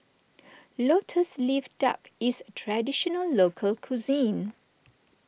Lotus Leaf Duck is Traditional Local Cuisine